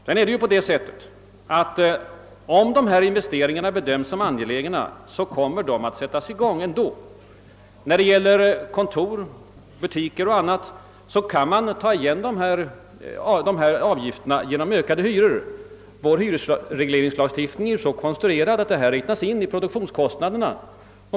Om de oprioriterade investeringarna bedöms som angelägna kommer de att sättas i gång ändå. När det gäller kontor, butiker och annat kan man ta igen avgifterna genom ökade hyror. Vår hyresregleringslagstiftning är ju så konstruerad, att hyrorna bestäms av produktionskostnaderna,.